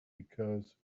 because